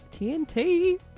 TNT